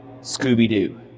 Scooby-Doo